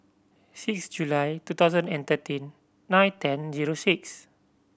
six July two thousand and thirteen nine ten zero six